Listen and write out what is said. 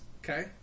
Okay